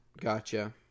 Gotcha